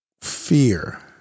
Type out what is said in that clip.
fear